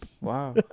Wow